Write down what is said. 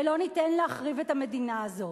ולא ניתן להחריב את המדינה הזאת.